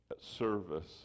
service